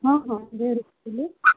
ହଁ ହଁ ଜୋରେ କୁହନ୍ତୁ